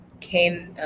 came